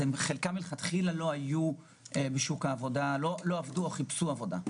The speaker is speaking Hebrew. שחלק מלכתחילה לא עבדו או חיפשו עבודה.